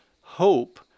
Hope